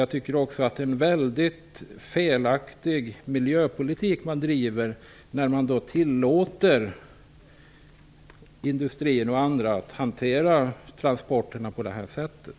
Jag tycker att man driver en högst felaktig miljöpolitik när man tillåter bl.a. industrierna att hantera transporterna på det här sättet.